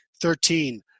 Thirteen